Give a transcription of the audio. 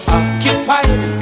occupied